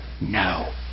no